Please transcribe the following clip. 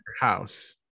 house